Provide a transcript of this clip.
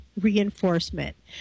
reinforcement